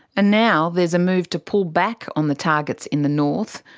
and now there's a move to pull back on the targets in the north,